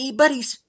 buddies